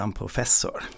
professor